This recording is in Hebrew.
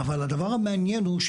אבל הדבר המעניין הוא,